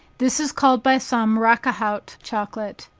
this is called by some rac-a-haut chocolate,